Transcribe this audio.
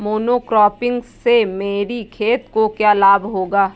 Monocropping से मेरी खेत को क्या लाभ होगा?